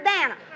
Dana